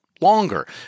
longer